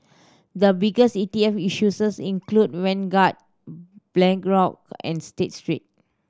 the biggest E T F issue include Vanguard and State Street